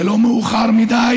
זה לא מאוחר מדי.